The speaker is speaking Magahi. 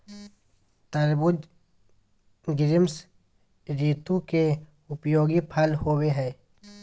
तरबूज़ ग्रीष्म ऋतु के उपयोगी फल होबो हइ